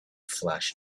flash